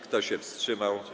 Kto się wstrzymał?